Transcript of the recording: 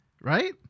Right